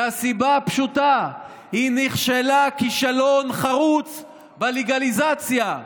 מהסיבה הפשוטה: היא נכשלה כישלון חרוץ בלגליזציה,